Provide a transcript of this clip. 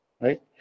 right